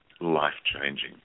life-changing